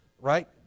right